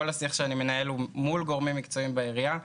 כל השיח שאני מנהל הוא מול גורמים מקצועיים בעירייה,